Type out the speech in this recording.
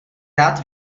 rád